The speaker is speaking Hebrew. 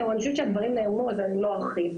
אני חושבת שהדברים נאמרו, אז אני לא ארחיב.